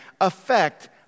affect